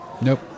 Nope